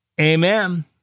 Amen